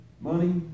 money